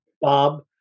Bob